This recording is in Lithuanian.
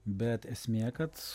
bet esmė kad